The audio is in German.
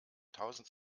tausend